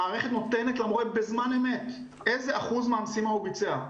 המערכת נותנת למורה בזמן אמת איזה אחוז מהמשימה הוא ביצע.